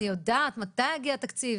אני יודעת מתי יגיע תקציב?